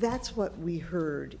that's what we heard